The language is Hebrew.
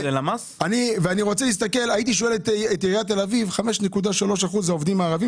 הייתי שואל את עיריית תל אביב לגבי 5.3% העובדים הערבים